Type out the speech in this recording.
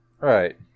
Right